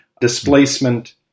Displacement